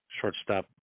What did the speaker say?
shortstop